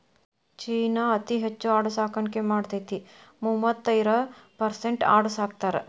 ಚೇನಾ ಅತೇ ಹೆಚ್ ಆಡು ಸಾಕಾಣಿಕೆ ಮಾಡತತಿ, ಮೂವತ್ತೈರ ಪರಸೆಂಟ್ ಆಡು ಸಾಕತಾರ